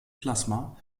plasma